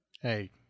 Hey